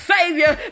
Savior